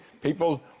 People